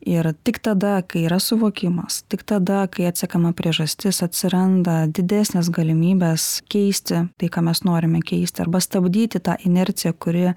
ir tik tada kai yra suvokimas tik tada kai atsekama priežastis atsiranda didesnės galimybės keisti tai ką mes norime keisti arba stabdyti tą inerciją kuri